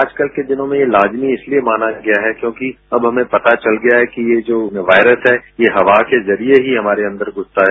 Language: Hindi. आजकल के दिनों में यह लाजमी यह माना गया है क्योंकि अब हमें पता चल गया है कि जो वायरस है यह हवा के जरिये ही हमारे अंदर घुसता है